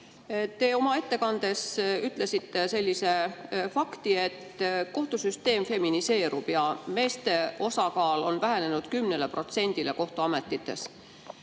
Te oma ettekandes ütlesite sellise fakti, et kohtusüsteem feminiseerub ja meeste osakaal kohtuametites